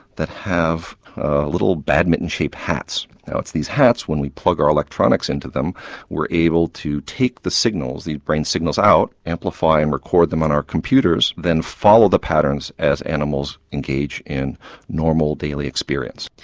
that have little badminton shaped hats, now it's these hats when we plug our electronics into them we're able to take the signals, the brain signals out, amplify them and record them on our computers, then follow the patterns as animals engage in normal daily experience.